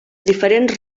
diferents